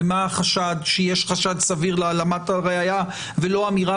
ומה החשד כשיש חשד סביר להעלמת הראיה ולא אמירה